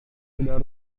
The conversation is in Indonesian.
sudah